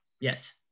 Yes